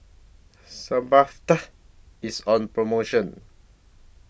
Sebamed IS on promotion